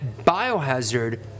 Biohazard